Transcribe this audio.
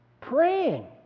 Praying